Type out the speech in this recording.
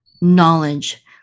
knowledge